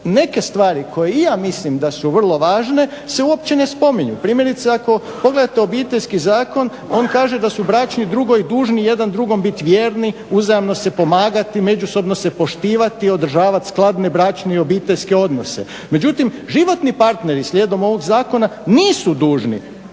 neke stvari koje i ja mislim da su vrlo važne se uopće ne spominju. Primjerice ako pogledate Obiteljski zakon on kaže da su bračni drugovi dužni jedan drugom bit vjerni, uzajamno se pomagati, međusobno se poštivati, održavati skladne bračne i obiteljske odnose. Međutim životni partneri slijedom ovog zakona nisu dužni